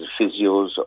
physios